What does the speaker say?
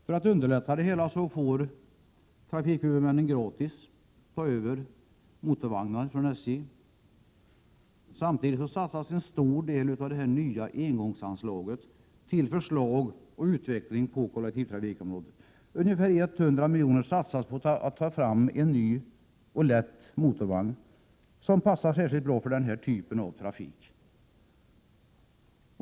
För att underlätta det får trafikhuvudmännen gratis ta över motorvagnar från SJ. Samtidigt satsas en stor del av det nya engånganslaget på förslag och utveckling på kollektivtrafikområdet. Ungefär 100 miljoner satsas på att ta fram en ny och lätt motorvagn, som passar särskilt bra för den typen av trafik.